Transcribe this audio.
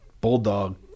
bulldog